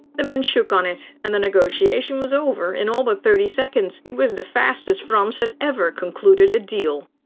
the men shook on it, and the negotiation was over in all but thirty seconds. it was the fastest frans had ever concluded a deal.